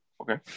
Okay